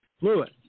Lewis